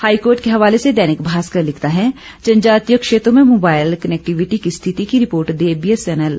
high court के हवाले से दैनिक भास्कर लिखता है जनजातीय क्षेत्रों में मोबाईल कनैक्टिवीटी की स्थिति की रिपोर्ट दे बीएसएनएल